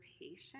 patient